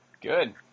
Good